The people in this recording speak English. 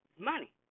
Money